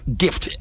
gift